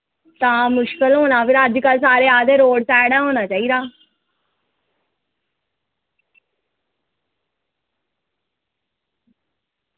ते तां मुश्कल ऐ तां अज्जकल सारे आक्खदे रोड़ साईड गै होना चाहिदा